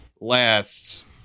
lasts